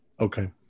Okay